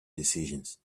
decisions